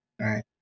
right